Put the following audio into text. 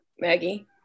Maggie